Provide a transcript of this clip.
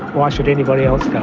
why should anybody else go?